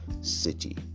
city